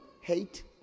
hate